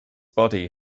body